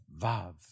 vav